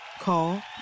Call